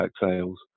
sales